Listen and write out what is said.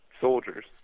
soldiers